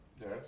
Yes